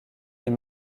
est